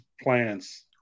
plans